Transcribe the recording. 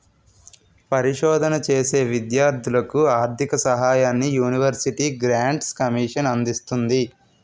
పరిశోధన చేసే విద్యార్ధులకు ఆర్ధిక సహాయాన్ని యూనివర్సిటీ గ్రాంట్స్ కమిషన్ అందిస్తుంది